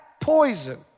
poison